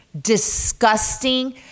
disgusting